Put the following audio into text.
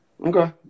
Okay